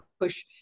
push